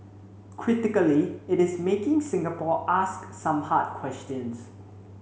critically it is making Singapore ask some hard questions